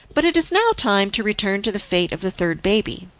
but it is now time to return to the fate of the third baby,